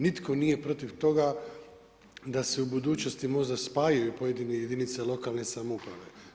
Nitko nije protiv toga da se u budućnosti možda spajaju pojedine jedinice lokalne samouprave.